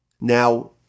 Now